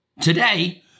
Today